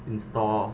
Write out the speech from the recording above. install